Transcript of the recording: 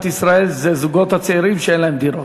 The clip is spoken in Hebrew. ישראל היא זוגות צעירים שאין להם דירות.